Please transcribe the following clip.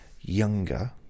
younger